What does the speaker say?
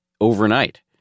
overnight